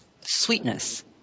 sweetness